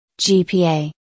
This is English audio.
GPA